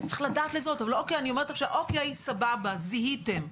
ותכף נשמע גם מהורים שנמצאים איתנו כאן,